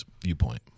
viewpoint